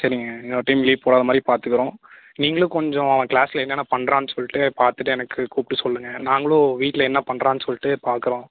சரிங்க இன்னோரு time leave போடாத மாதிரி பார்த்துக்கறோம் நீங்களும் கொஞ்சம் அவன் கிளாஸில் என்னான்னா பண்ணுறான் சொல்லிட்டு பார்த்துட்டு எனக்கு கூப்பிட்டு சொல்லுங்கள் நாங்களும் வீட்டில் என்ன பண்ணுறான் சொல்லிட்டு பார்க்கறோம்